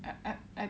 I I I